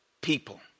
people